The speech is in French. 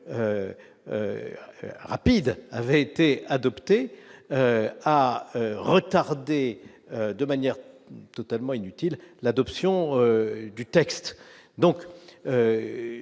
Rapide, avait été adopté à retarder de manière. Totalement inutile l'adoption du texte,